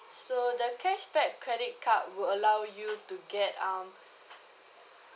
so the cashback credit card will allow you to get um